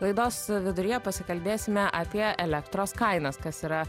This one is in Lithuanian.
laidos viduryje pasikalbėsime apie elektros kainas kas yra